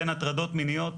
בין הטרדות מיניות.